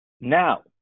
now